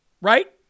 right